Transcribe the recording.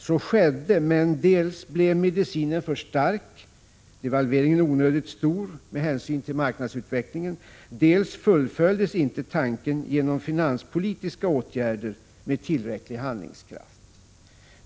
Så skedde, men dels blev medicinen för stark — devalveringen var onödigt stor med hänsyn till marknadsutvecklingen —, dels fullföljdes inte tanken genom finanspolitiska åtgärder med tillräcklig handlingskraft.